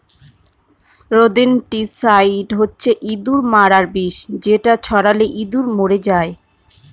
rodenticide হচ্ছে ইঁদুর মারার বিষ যেটা ছড়ালে ইঁদুর মরে যায়